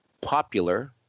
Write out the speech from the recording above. Popular